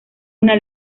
una